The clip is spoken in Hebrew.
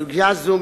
סוגיה זו,